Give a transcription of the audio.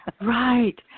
Right